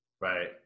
Right